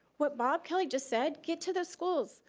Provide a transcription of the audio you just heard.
what bob kelly just said, get to those schools.